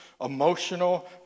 emotional